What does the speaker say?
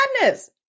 madness